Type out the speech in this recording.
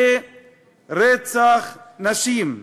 זה רצח נשים,